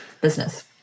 business